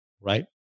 right